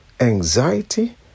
anxiety